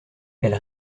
elle